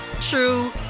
true